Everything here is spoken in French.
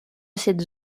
cette